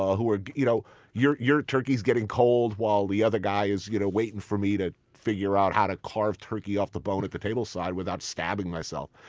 ah ah you know your your turkey's getting cold while the other guy is you know waiting for me to figure out how to carve turkey off the bone at the tableside without stabbing myself.